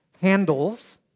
handles